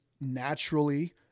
naturally